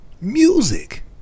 Music